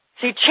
See